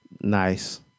nice